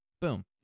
boom